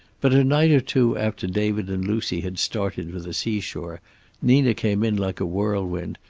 but a night or two after david and lucy had started for the seashore nina came in like a whirlwind,